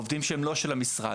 עובדים שהם לא של המשרד.